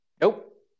nope